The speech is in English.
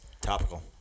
Topical